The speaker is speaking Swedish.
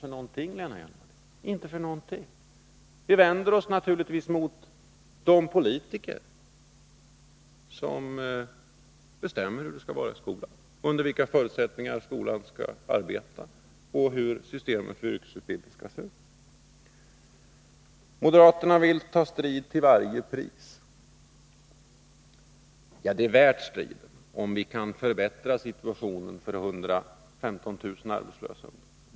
Nej, de blir inte beskyllda för någonting. Vi vänder oss naturligtvis mot de politiker som bestämmer hur det skall vara i skolan, under vilka förutsättningar skolan skall arbeta och hur systemet för yrkesutbildning skall se ut. Moderaterna vill ta strid till varje pris, säger Lena Hjelm-Wallén. Ja, det är värt striden om vi kan förbättra situationen för 115 000 arbetslösa ungdomar.